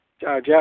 Jack